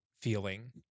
feeling